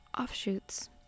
offshoots